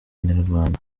inyarwanda